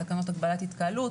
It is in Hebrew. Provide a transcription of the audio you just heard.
בתקנות הגבלת התקהלות,